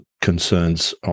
concerns